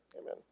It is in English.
amen